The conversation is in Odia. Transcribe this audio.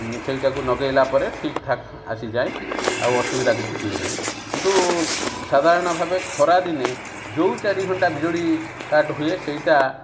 ସେଇଟାକୁ ଲଗେଇଲା ପରେ ଠିକ୍ଠାକ୍ ଆସିଯାଏ ଆଉ ଅସୁବିଧା କିଛି ହୁଏ ନାହିଁ କିନ୍ତୁ ସାଧାରଣ ଭାବେ ଖରାଦିନେ ଯେଉଁ ଚାରି ଘଣ୍ଟା ବିଜୁଳି କାଟ ହୁଏ ସେଇଟା